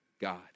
God